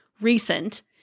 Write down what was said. recent